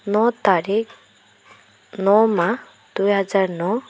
ন তাৰিখ নমাহ দুই হাজাৰ ন